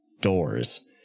doors